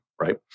right